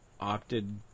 opted